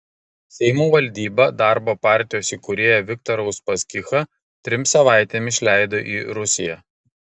seimo valdyba darbo partijos įkūrėją viktorą uspaskichą trims savaitėms išleido į rusiją